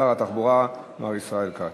שר התחבורה מר ישראל כץ.